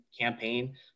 campaign